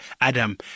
Adam